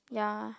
ya